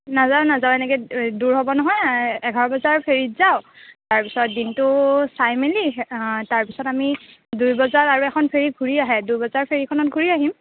নাযাওঁ নাযাওঁ এনেকে দূৰ হ'ব নহয় এঘাৰ বজাৰ ফেৰিত যাওঁ তাৰপিছত দিনটো চাই মেলি তাৰপিছত আমি দুই বজাৰ আৰু এখন ফেৰি ঘূৰি আহে দুই বজাৰ ফেৰিখনত ঘূৰি আহিম